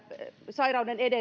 sairauden